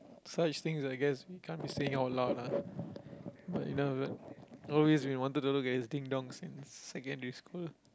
such things I guess we can't be saying out loud lah but you know always been wanting to look at his ding-dong since secondary school